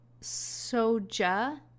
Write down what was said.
soja